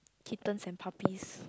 kittens and puppies